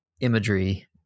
imagery